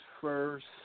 first